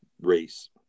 race